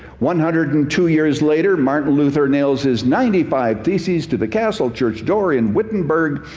one hundred and two years later, martin luther nails his ninety five thesis to the castle church door in wittenberg,